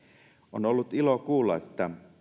on ollut ilo kuulla että